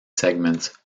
segments